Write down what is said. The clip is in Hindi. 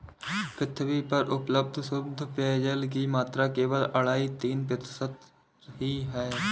पृथ्वी पर उपलब्ध शुद्ध पेजयल की मात्रा केवल अढ़ाई तीन प्रतिशत ही है